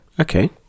Okay